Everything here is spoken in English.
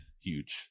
huge